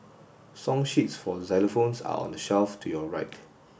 song sheets for xylophones are on the shelf to your right